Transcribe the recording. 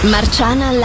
Marciana